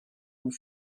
vous